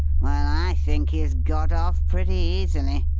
well, i think he has got off pretty easily,